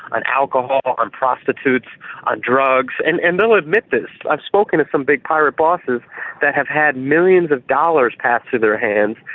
on alcohol, on prostitutes and drugs. and and they will admit this. i've spoken to some big pirate bosses that have had millions of dollars pass through their hands,